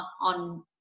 on